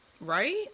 right